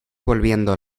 volviendo